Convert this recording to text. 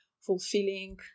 fulfilling